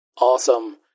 Awesome